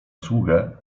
sługę